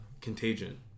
Contagion